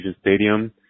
Stadium